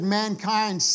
mankind